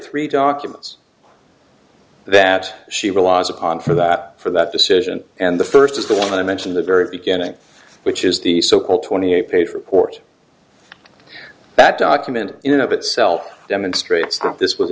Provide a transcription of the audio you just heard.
three documents that she relies upon for that for that decision and the first is the one i mentioned the very beginning which is the so called twenty eight page report that document in and of itself demonstrates that this was